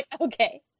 okay